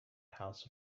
house